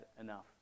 enough